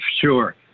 sure